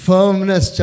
Firmness